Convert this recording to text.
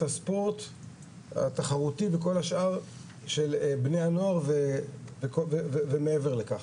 הספורט התחרותי וכל השאר של בני הנוער ומעבר לכך.